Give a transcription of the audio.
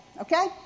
okay